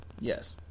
Yes